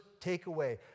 takeaway